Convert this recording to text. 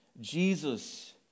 Jesus